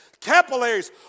Capillaries